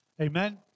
Amen